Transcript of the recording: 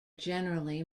generally